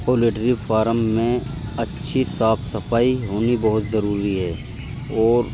poultry farm میں اچھی صاف صفائی ہونی بہت ضروری ہے اور